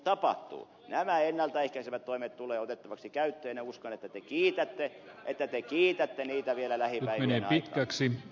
nämä ennalta ehkäisevät toimet tulevat otettaviksi käyttöön ja uskon että te kiitätte niitä vielä lähipäivien aikana